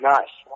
Nice